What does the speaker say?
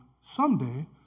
someday